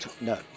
No